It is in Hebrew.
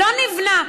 לא נבנה,